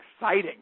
exciting